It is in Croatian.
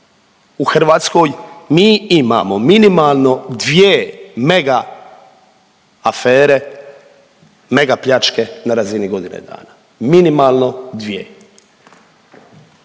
u Hrvatskoj mi imamo minimalno dvije mega afere, mega pljačke na razini godine dana, minimalno dvije